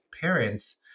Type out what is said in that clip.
parents